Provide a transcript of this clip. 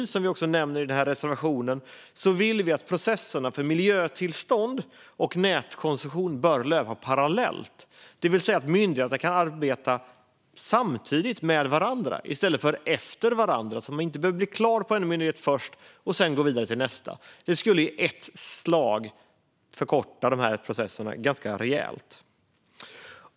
Som vi nämner i reservationen vill vi exempelvis att processerna för miljötillstånd och nätkoncession ska löpa parallellt, det vill säga att myndigheterna kan arbeta samtidigt och med varandra i stället för efter varandra. Då behöver inte en myndighet bli klar för att man sedan ska gå vidare till nästa. Det skulle i ett slag förkorta processerna ganska rejält.